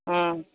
ம்